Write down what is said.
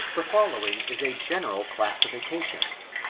the fiillowing is a general classification,